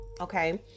Okay